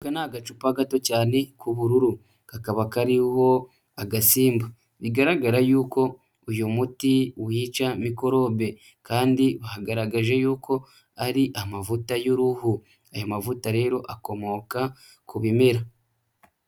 Aka ni agacupa gato cyane k'ubururu, kakaba kariho agasimba bigaragara yuko uyu muti wica mikorobe, kandi bagaragaje yuko ari amavuta y'uruhu. Aya mavuta rero akomoka ku bimera.